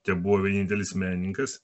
tebuvo vienintelis menininkas